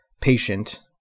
patient